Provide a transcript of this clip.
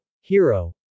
Hero